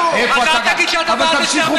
אז אל תגיד שאתה בעד הסדר מדיני.